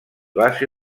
base